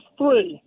three